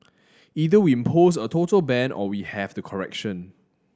either we impose a total ban or we have the correction